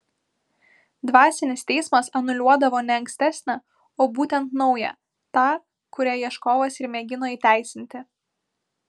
dvasinis teismas anuliuodavo ne ankstesnę o būtent naują tą kurią ieškovas ir mėgino įteisinti